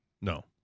No